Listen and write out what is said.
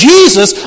Jesus